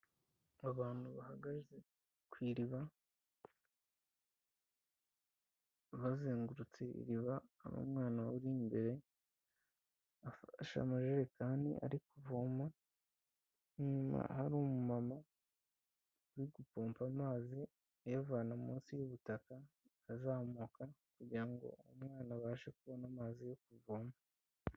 Abantu bahagaze ku iriba bazengurutse iriba, aho umwana uri imbere afashe amajerekani ari kuvoma, inyuma hari umumama uri gupompa amazi ayavana munsi y'ubutaka azamuka kugirango ngo umwana abashe kubona amazi yo kuvoma.